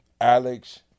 Alex